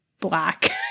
black